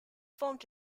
formed